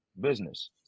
business